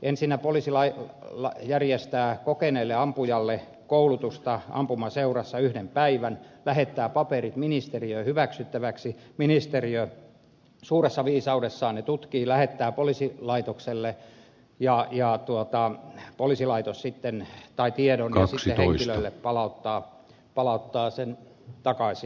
ensinnä poliisi järjestää kokeneelle ampujalle koulutusta ampumaseurassa yhden päivän lähettää paperit ministeriöön hyväksyttäväksi ministeriö suuressa viisaudessaan ne tutkii lähettää poliisilaitokselle tiedon ja poliisilaitos sitten henkilölle palauttaa sen takaisin